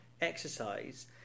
exercise